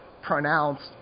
pronounced